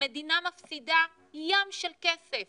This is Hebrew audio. המדינה מפסידה ים של כסף